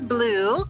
Blue